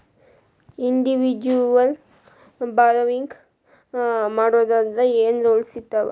Individual borrowing ಮಾಡೊದಾದ್ರ ಏನ್ ರೂಲ್ಸಿರ್ತಾವ?